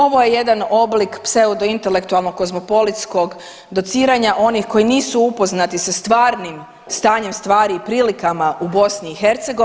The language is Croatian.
Ovo je jedan oblik pseudo intelektualnog kozmopolitskog dociranja onih koji nisu upoznati sa stvarnim stanjem stvari i prilikama u BiH.